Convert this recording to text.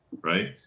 right